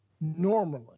normally